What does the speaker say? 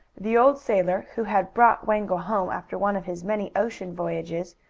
the old sailor, who had brought wango home, after one of his many ocean voyages,